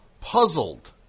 puzzled